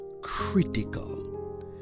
critical